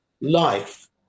life